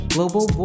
Global